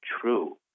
true